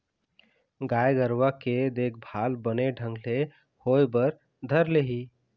गाय गरुवा के देखभाल बने ढंग ले होय बर धर लिही